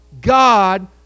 God